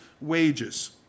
wages